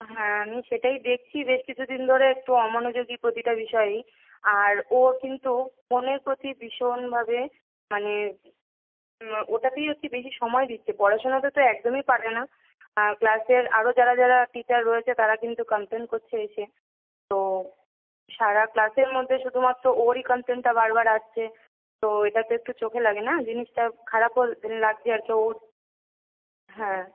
হ্যাঁ আমিও সেটাই দেখছি বেশ কিছু দিন ধরে একটু অমনোযোগী প্রতিটা বিষয়েই আর ও কিন্তু ফোনের প্রতি ভীষণভাবে মানে ওটাতেই হচ্ছে বেশি সময় দিচ্ছে পড়াশোনাটা তো একদমই পারে না ক্লাসের আরও যারা যারা টিচার রয়েছে তারা কিন্তু কামপ্লেন করছে এসে তো সারা ক্লাসের মধ্যে শুধুমাত্র ওরই কামপ্লেনটা বার বার আসছে তো এটা তো একটু চোখে লাগে না জিনিসটা খারাপও লাগছে আর কি ও হ্যাঁ